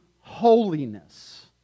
holiness